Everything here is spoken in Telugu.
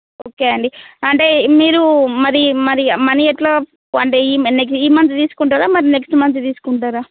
ఓకే అండి అంటే మీరు మరి మరి మనీ ఎలా అంటే ఈ నెల ఈ మంత్ తీసుకుంటారా మరి నెక్స్ట్ మంత్ తీసుకుంటారా